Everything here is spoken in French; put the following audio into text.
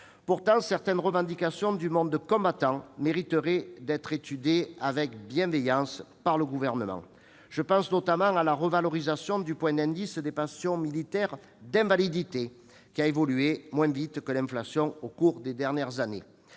Pourtant, certaines revendications du monde combattant mériteraient d'être étudiées avec bienveillance par le Gouvernement. Je pense notamment à la revalorisation du point d'indice des pensions militaires d'invalidité qui a évolué moins vite que l'inflation au cours des dernières années.